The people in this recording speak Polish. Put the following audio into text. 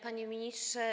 Panie Ministrze!